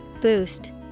Boost